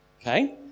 Okay